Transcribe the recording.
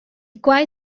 quai